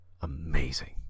amazing